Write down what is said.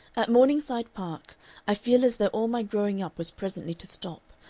at morningside park i feel as though all my growing up was presently to stop,